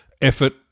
effort